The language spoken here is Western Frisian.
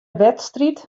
wedstriid